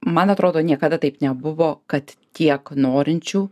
man atrodo niekada taip nebuvo kad tiek norinčių